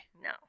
no